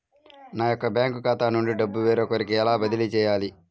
నా యొక్క బ్యాంకు ఖాతా నుండి డబ్బు వేరొకరికి ఎలా బదిలీ చేయాలి?